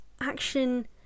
action